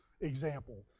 example